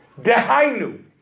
Dehainu